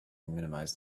minimize